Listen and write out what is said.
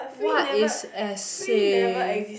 what is essay